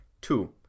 Two